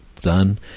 done